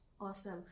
Awesome